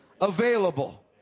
available